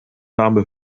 name